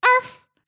Arf